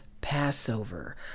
passover